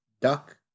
Duck